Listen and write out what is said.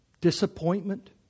disappointment